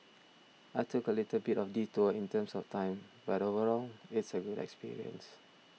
I took a little bit of detour in terms of time but overall it's a good experience